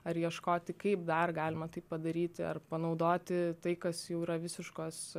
ar ieškoti kaip dar galima tai padaryti ar panaudoti tai kas jau yra visiškos